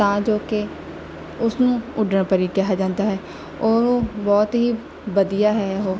ਤਾਂ ਜੋ ਕਿ ਉਸਨੂੰ ਉੱਡਣਪਰੀ ਕਿਹਾ ਜਾਂਦਾ ਹੈ ਔਰ ਬਹੁਤ ਹੀ ਵਧੀਆ ਹੈ ਉਹ